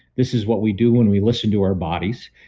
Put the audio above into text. this is what we do when we listen to our bodies.